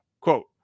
Quote